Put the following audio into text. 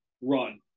run